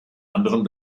anderem